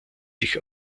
sich